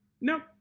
nope